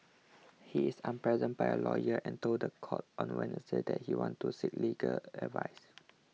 he is unrepresented by a lawyer and told the court on Wednesday that he wants to seek legal advice